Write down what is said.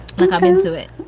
look. i'm into it.